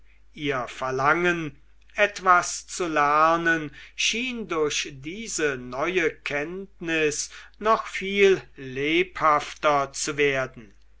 ihr verlangen etwas zu lernen schien durch diese neue kenntnis noch viel lebhafter zu werden